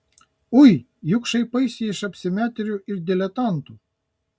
ui juk šaipaisi iš apsimetėlių ir diletantų